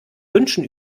wünschen